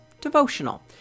devotional